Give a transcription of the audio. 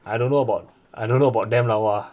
I don't know I don't know about them lah !wah!